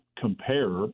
compare